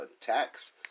tax